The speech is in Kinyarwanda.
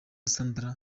sandra